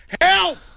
Help